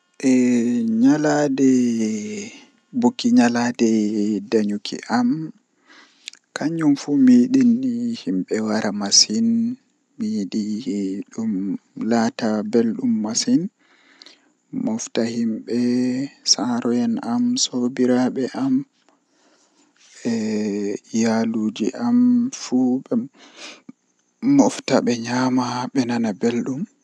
Ndikkinami mi laari fim woonde dow mi janga deftere ngam to adon laara fim do alaran bana zahiran on ndaadum dum don fe'a haa yeeso ma, Amma jangirde bo kanjum woodi bone masin seito ajangi bako afaama ko fe'ata nden to ajangi anuman on e hoore ma nda ko fe'e amma to adon laaroto be hollete nda ko fe'ata.